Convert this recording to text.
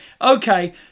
okay